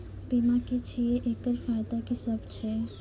बीमा की छियै? एकरऽ फायदा की सब छै?